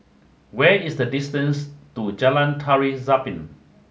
what is the distance to Jalan Tari Zapin